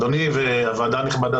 אדוני והוועדה הנכבדה,